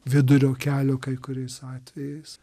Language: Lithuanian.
vidurio kelio kai kuriais atvejais